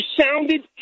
sounded